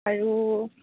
আৰু